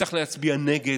צריך להצביע נגד.